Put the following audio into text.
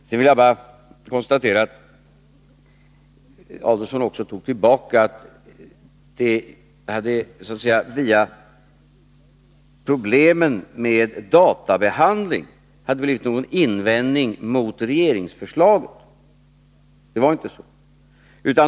Sedan vill jag bara konstatera — Ulf Adelsohn tog också tillbaka det — att problemen med databehandlingen inte innebar någon invändning mot regeringsförslaget.